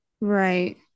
Right